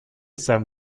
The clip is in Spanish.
san